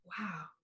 Wow